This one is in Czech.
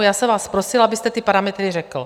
Já jsem vás prosila, abyste ty parametry řekl.